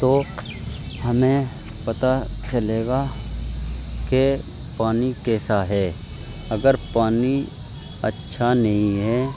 تو ہمیں پتہ چلے گا کہ پانی کیسا ہے اگر پانی اچھا نہیں ہے